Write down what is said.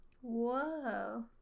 whoa